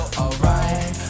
alright